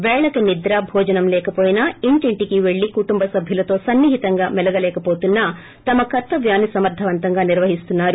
పేళకి నిద్ర భోజనం లేకవోయినా ఇంటికి పెళ్లి కుటుంబసభ్యులతో సన్నిహితంగా మెలగలేకవోతున్నా తమ కర్తవ్యాన్ని సమర్దవంతంగా నిర్వహిస్తున్నారు